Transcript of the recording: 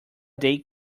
day